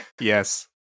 yes